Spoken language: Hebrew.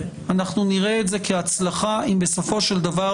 נראה את זה כהצלחה אם בסופו של דבר